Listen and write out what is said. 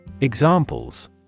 Examples